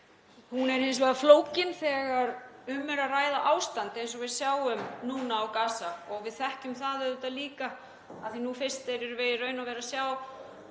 Hún er hins vegar flókin þegar um er að ræða ástand eins og við sjáum núna á Gaza og við þekkjum það líka af því að nú fyrst erum við í raun og veru að sjá